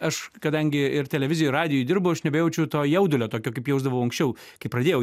aš kadangi ir televizijoj ir radijuj dirbu aš nebejaučiu to jaudulio tokio kaip jausdavau anksčiau kai pradėjau